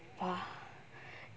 !wah!